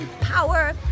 power